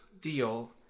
deal